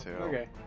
Okay